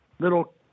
Little